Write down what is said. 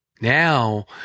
Now